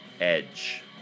Edge